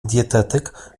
dietetyk